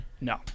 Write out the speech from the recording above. no